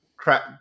Crap